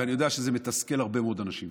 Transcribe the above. ואני יודע שזה מתסכל הרבה מאוד אנשים,